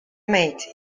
mate